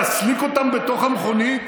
להסליק אותם בתוך המכונית